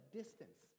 distance